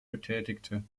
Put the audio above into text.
betätigte